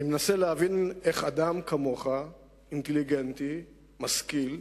אני מנסה להבין איך אדם כמוך, אינטליגנטי, משכיל,